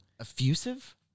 effusive